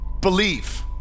believe